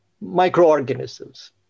microorganisms